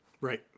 Right